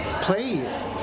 play